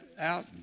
out